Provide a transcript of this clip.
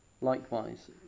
likewise